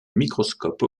microscope